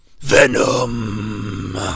Venom